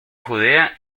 judea